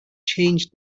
changed